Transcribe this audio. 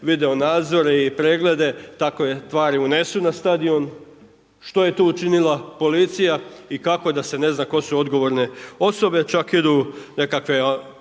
video nadzore i preglede takove tvari unesu na stadion? Što je tu učinila policija? I kako da se ne zna tko su odgovorne osobe? Čak idu u nekakve